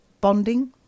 bonding